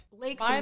Lakes